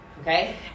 okay